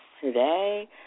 today